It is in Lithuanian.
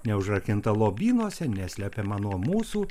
neužrakinta lobynuose neslepiama nuo mūsų